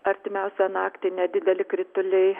artimiausią naktį nedideli krituliai